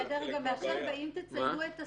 מי הדרג המאשר ואם תציינו את הסיבות.